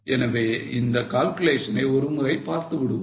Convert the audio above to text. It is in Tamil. எனவே இந்த calculation ஐ ஒரு முறை பார்த்துவிடுவோம்